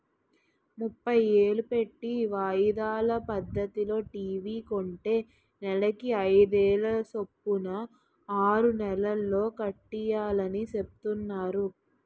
ముప్పై ఏలు పెట్టి వాయిదాల పద్దతిలో టీ.వి కొంటే నెలకి అయిదేలు సొప్పున ఆరు నెలల్లో కట్టియాలని సెప్తున్నారు